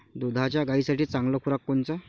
दुधाच्या गायीसाठी चांगला खुराक कोनचा?